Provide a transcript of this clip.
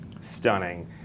stunning